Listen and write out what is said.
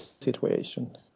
situation